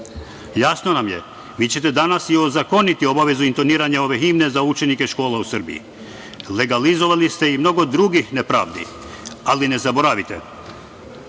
nam je, vi ćete danas i ozakoniti obavezu intoniranja ove himne za učenike škola u Srbiji. Legalizovali ste i mnogo drugih nepravdi, ali ne zaboravite,